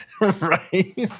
Right